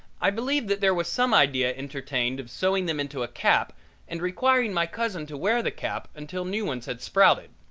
i believe that there was some idea entertained of sewing them into a cap and requiring my cousin to wear the cap until new ones had sprouted.